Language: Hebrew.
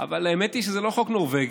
אבל האמת היא שזה לא חוק נורבגי,